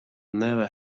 never